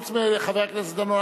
חוץ מחבר הכנסת דנון,